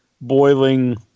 boiling